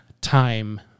time